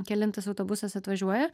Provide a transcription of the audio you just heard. kelintas autobusas atvažiuoja